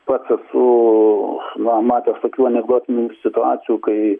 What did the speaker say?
pats esu na matęs tokių anekdotinių situacijų kai